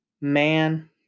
man